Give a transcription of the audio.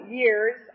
years